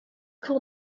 called